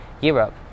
Europe